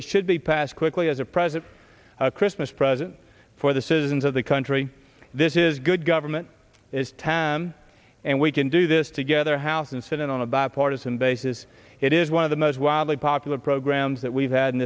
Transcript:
it should be passed quickly as a present a christmas present for the citizens of the country this is good government is tan and we can do this together house and senate on a bipartisan basis it is one of the most wildly popular programs that we've had in